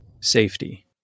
safety